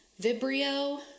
Vibrio